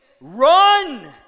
Run